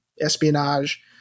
espionage